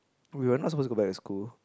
we were not suppose to go back to school